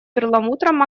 перламутром